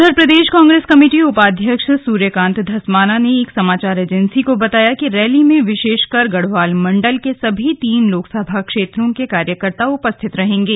उधर प्रदेश कांग्रेस कमेटी उपाध्यक्ष सूर्यकांत धस्माना ने एक समाचार एजेंसी को बताया कि रैली में विशेषकर गढ़वाल मंडल के सभी तीन लोकसभा क्षेत्रों के कार्यकर्ता उपस्थित रहेंगे